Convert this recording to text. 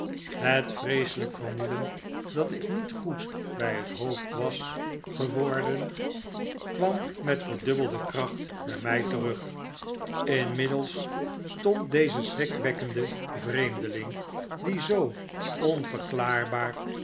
het vreeselp vermoeden dat ik niet goed by het hoofd was geworden kwam met verdubbelde kracht by my terug inmiddels stond deze schrikwekkende vreemdeling